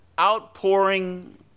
outpouring